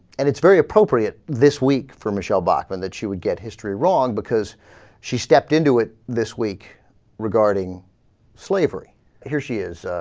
and it's very appropriate this week for michelle bachman that she would get history wrong because she stepped into it this week regarding so here she is